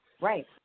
Right